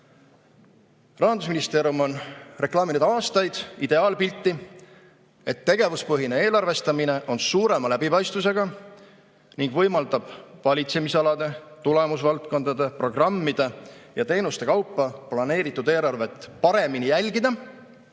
Rahandusministeerium on reklaaminud aastaid ideaalpilti, et tegevuspõhine eelarvestamine on suurema läbipaistvusega ning võimaldab valitsemisalade, tulemusvaldkondade, programmide ja teenuste kaupa planeeritud eelarvet paremini jälgida